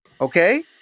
Okay